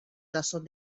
tazón